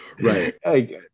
Right